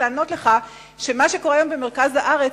לענות לך שמה שקורה היום במרכז הארץ,